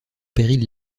péril